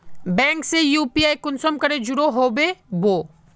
Bank से UPI कुंसम करे जुड़ो होबे बो?